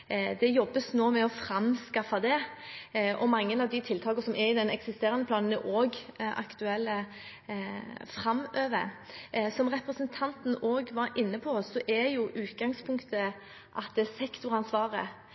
Det jobbes nå med å framskaffe det. Mange av de tiltakene som er i den eksisterende planen, er også aktuelle framover. Som representanten også var inne på, er utgangspunktet at det er sektoransvaret